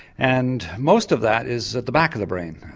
and most of that is at the back of the brain,